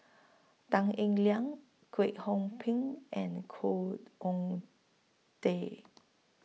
Tan Eng Liang Kwek Hong Png and Khoo Oon Teik